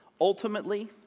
ultimately